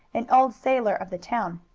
an old sailor of the town.